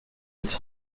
its